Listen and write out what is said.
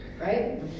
right